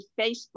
Facebook